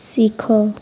ଶିଖ